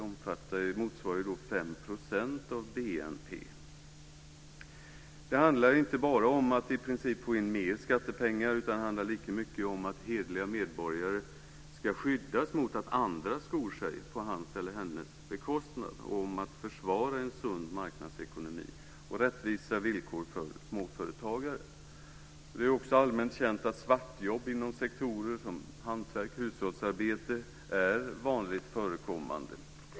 Det motsvarar 5 % Det handlar inte bara om att i princip få in mer skattepengar, utan det handlar lika mycket om att hederliga medborgare ska skyddas mot att andra skor sig på deras bekostnad, om att försvara en sund marknadsekonomi och rättvisa villkor för småföretagare. Det är också allmänt känt att svartjobb inom sektorer som hantverk och hushållsarbete är vanligt förekommande.